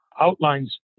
outlines